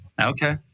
Okay